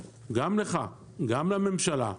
גם לך, גם לממשלה: